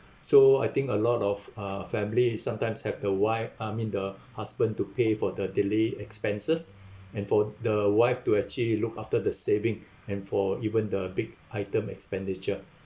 so I think a lot of uh family sometimes have the wife I mean the husband to pay for the daily expenses and for the wife to actually look after the saving and for even the big item expenditure